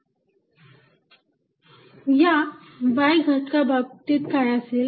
Fxqλx4π0tan 1tan 1xsec2θdθx3sec3qλ4π0xtan 1tan 1cosθdθqλ2π0xLL24x2 या y घटका बाबतीत काय असेल